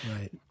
right